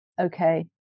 Okay